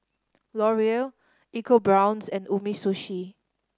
Laurier ecoBrown's and Umisushi